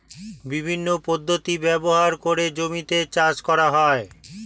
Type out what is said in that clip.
বিভিন্ন পদ্ধতি ব্যবহার করে জমিতে চাষ করা হয়